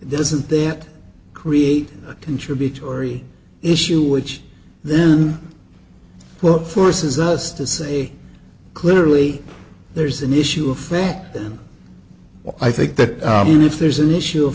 doesn't that create a contributory issue which then well it forces us to say clearly there's an issue of fact and i think that even if there's an issue of